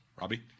Robbie